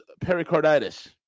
pericarditis